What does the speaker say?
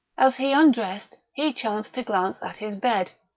as he undressed, he chanced to glance at his bed.